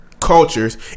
cultures